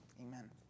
Amen